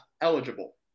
eligible